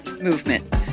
movement